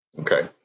Okay